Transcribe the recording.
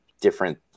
different